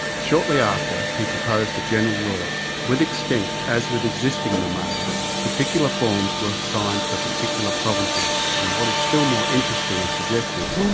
shortly after he proposed a general law with extinct as with existing mammalia, particular forms were assigned to particular provinces, and, what is still more interesting and suggestive,